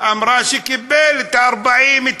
אמרה שקיבל את ה-40,000?